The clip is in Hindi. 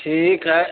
ठीक है